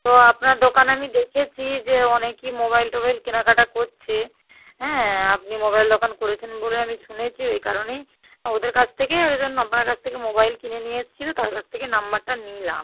তো আপনার দোকান আমি দেখেছি যে অনেকই মোবাইল টোবাইল কেনাকাটা করছে হ্যাঁ আপনি মোবাইল দোকান খুলেছেন বলে আমি শুনেছি ওই কারণেই ওদের কাছ থেকে ওই জন্য আপনার কাছ থেকে মোবাইল কিনে নিয়ে এসছিলো তার কাছ থেকে নম্বরটা নিলাম